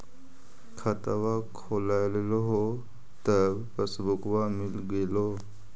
खतवा खोलैलहो तव पसबुकवा मिल गेलो?